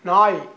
நாய்